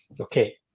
Okay